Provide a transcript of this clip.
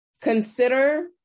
consider